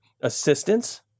assistance